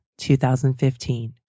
2015